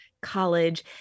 college